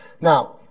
Now